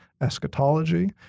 eschatology